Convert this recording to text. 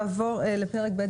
נקריא את פרק ב'